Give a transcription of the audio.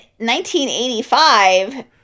1985